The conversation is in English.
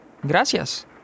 Gracias